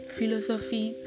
Philosophy